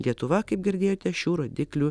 lietuva kaip girdėjote šių rodiklių